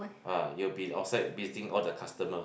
ah you'll be outside meeting all the customer